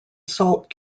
salt